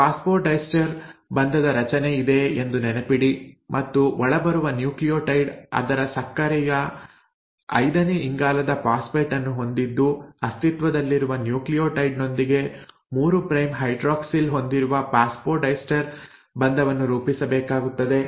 phosphodiester ಬಂಧದ ರಚನೆ ಇದೆ ಎಂದು ನೆನಪಿಡಿ ಮತ್ತು ಒಳಬರುವ ನ್ಯೂಕ್ಲಿಯೋಟೈಡ್ ಅದರ ಸಕ್ಕರೆಯ ಐದನೇ ಇಂಗಾಲದಲ್ಲಿ ಫಾಸ್ಫೇಟ್ ಅನ್ನು ಹೊಂದಿದ್ದು ಅಸ್ತಿತ್ವದಲ್ಲಿರುವ ನ್ಯೂಕ್ಲಿಯೋಟೈಡ್ ನೊಂದಿಗೆ 3 ಪ್ರೈಮ್ ಹೈಡ್ರಾಕ್ಸಿಲ್ ಹೊಂದಿರುವ ಫಾಸ್ಫೊಡೈಸ್ಟರ್ ಬಂಧವನ್ನು ರೂಪಿಸಬೇಕಾಗುತ್ತದೆ